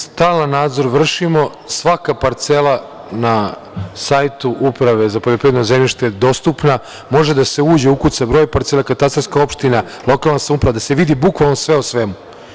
Stalan nadzor vršimo, svaka parcela na sajtu Uprave za poljoprivredno zemljište dostupna je, može da se uđe, ukuca broj parcele, katastarska opština, lokalna samouprava, da se vidi bukvalno sve o svemu.